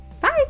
Bye